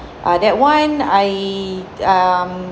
ah that one I um